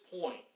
point